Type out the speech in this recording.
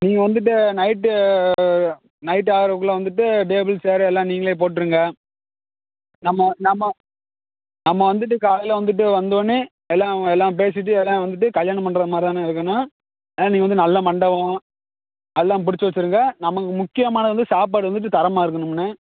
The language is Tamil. நீங்கள் வந்துட்டு நைட்டு நைட்டு ஆகிறக்குள்ள வந்துட்டு டேபிள் சேர் எல்லாம் நீங்களே போட்டுருங்க நம்ம நம்ம நம்ம வந்துட்டு காலையில் வந்துட்டு வந்தோன்னே எல்லாம் எல்லாம் பேசிட்டு எல்லாம் வந்துட்டு கல்யாணம் மண்டபம் மாதிரி தாண்ணே இருக்கணும் ஆ நீங்கள் வந்து நல்ல மண்டபம் எல்லாம் பிடிச்சி வெச்சுருங்க நமக்கு முக்கியமானது வந்து சாப்பாடு வந்துட்டு தரமாக இருக்கணும்ண்ணே